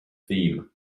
theme